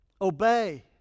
obey